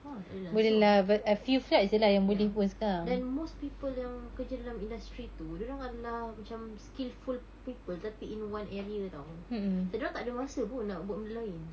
oh tak boleh langsung ya then most people yang kerja dalam industry tu diorang adalah macam skillful people tapi in one area [tau] so diorang tak ada masa pun nak buat benda lain